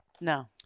No